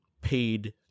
paid